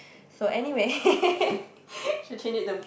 so anyway should change it to